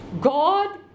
God